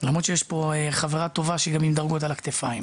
למרות שיש פה חברה טובה שהיא עם דרגות על הכתפיים.